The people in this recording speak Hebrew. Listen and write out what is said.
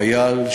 חייל,